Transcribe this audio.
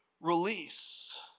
release